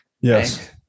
Yes